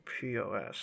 pos